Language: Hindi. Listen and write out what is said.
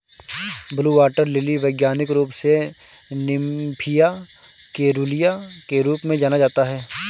ब्लू वाटर लिली वैज्ञानिक रूप से निम्फिया केरूलिया के रूप में जाना जाता है